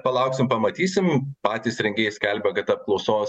palauksim pamatysim patys rengėjai skelbia kad apklausos